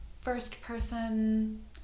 first-person